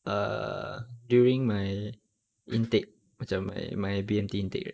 err during my intake macam my my B_M_T intake